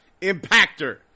impactor